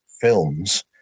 films